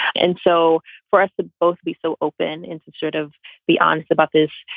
and so for us to both be so open and to sort of be honest about this,